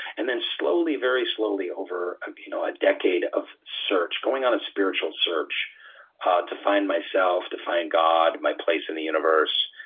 and then slowly very slowly, over you know a decade of search, going on a spiritual search to find myself, to find god, my place in the universe.